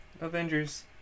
Avengers